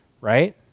Right